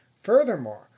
furthermore